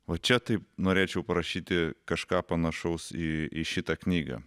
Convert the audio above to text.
o čia taip norėčiau parašyti kažką panašaus į į šitą knygą